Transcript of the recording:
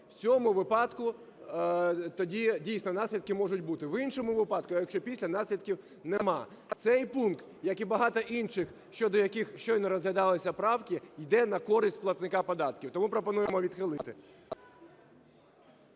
в цьому випадку тоді, дійсно, наслідки можуть бути. В іншому випадку, якщо після, наслідків нема. Цей пункт, як і багато інших, щодо яких щойно розглядалися правки, йде на користь платника податків. Тому пропонуємо відхилити.